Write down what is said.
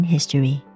History